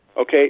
Okay